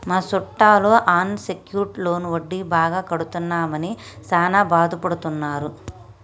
మా సుట్టాలు unsecured loan వడ్డీ బాగా కడుతున్నామని సాన బాదపడుతున్నారు